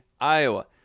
Iowa